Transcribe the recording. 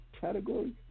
category